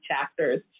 chapters